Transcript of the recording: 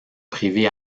privé